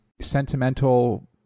sentimental